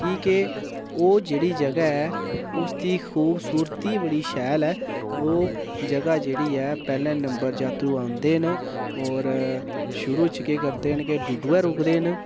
कि के ओह् जेह्ड़ी जगहा ऐ उसदी खुबसुरती बड़ी शैल ऐ ओह् जगहा जेह्ड़ी ऐ पेह्लै नम्बर जातरू आंदे न और शुरू च केह् करदे न कि डुडुऐ रूकदे न